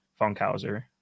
Funkhauser